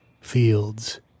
fields